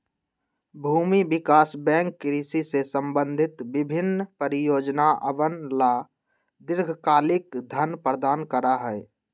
भूमि विकास बैंक कृषि से संबंधित विभिन्न परियोजनअवन ला दीर्घकालिक धन प्रदान करा हई